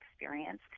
experience